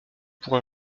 pour